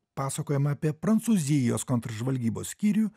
pasakojama apie prancūzijos kontržvalgybos skyrių